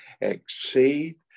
exceed